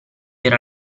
era